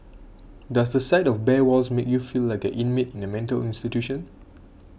does the sight of bare walls make you feel like an inmate in a mental institution